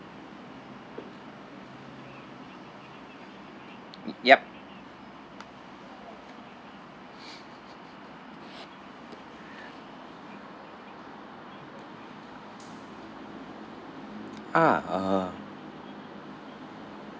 ya ah uh